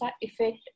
effect